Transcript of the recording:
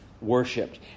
worshipped